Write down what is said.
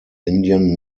indian